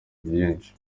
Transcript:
byinshi